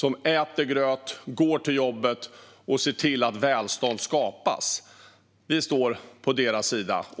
De äter gröt, går till jobbet och ser till att välstånd skapas, och vi står på deras sida.